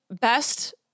best